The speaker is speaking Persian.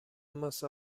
ماست